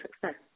success